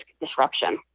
disruption